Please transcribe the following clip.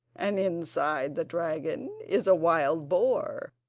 and inside the dragon is a wild boar,